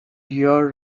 our